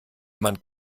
man